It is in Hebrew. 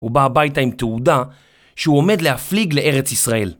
הוא בא הביתה עם תעודה שהוא עומד להפליג לארץ ישראל.